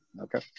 Okay